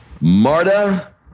Marta